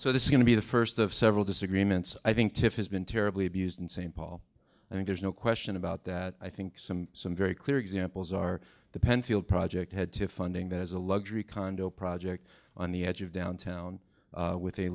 so this is going to be the first of several disagreements i think to face been terribly abused in st paul and there's no question about that i think some some very clear examples are the penfield project had to funding that as a luxury condo project on the edge of downtown with a